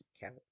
count